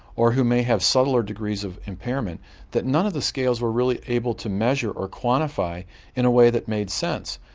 or who may have subtler degrees of impairment that none of the scales were really able to measure or quantify in a way that made sense.